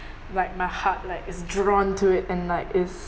like my heart like is drawn to it and like is